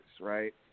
right